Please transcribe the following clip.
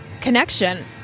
connection